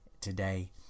today